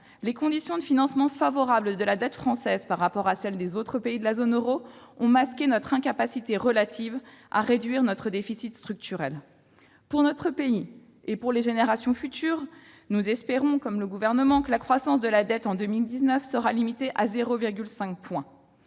les conditions de financement favorables de la dette française par rapport à celles des autres pays de la zone euro ont masqué notre incapacité relative à réduire notre déficit structurel. Pour notre pays et pour les générations futures, nous espérons, comme le Gouvernement, que la croissance de la dette restera limitée en